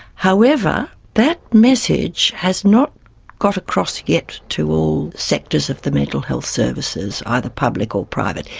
however, that message has not got across yet to all sectors of the mental health services, either public or private,